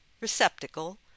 receptacle